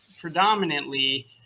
predominantly